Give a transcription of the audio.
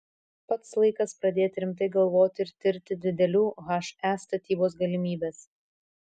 pats laikas pradėti rimtai galvoti ir tirti didelių he statybos galimybes